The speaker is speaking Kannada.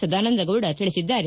ಸದಾನಂದ ಗೌಡ ತಿಳಿಸಿದ್ದಾರೆ